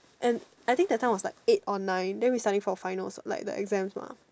and I think that time was like eight or nine then we studying for final like the exams mah